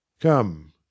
Come